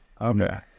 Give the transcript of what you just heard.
okay